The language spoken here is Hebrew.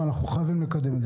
ואנחנו חייבים לקדם את זה.